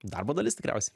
darbo dalis tikriausiai